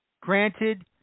Granted